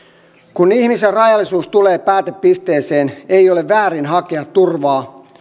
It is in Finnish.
kun ihmisen rajallisuus tulee päätepisteeseen ei ole väärin hakea turvaa